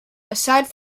aside